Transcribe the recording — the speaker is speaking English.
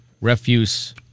refuse